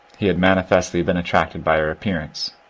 he had mani festly been attracted by her appearance,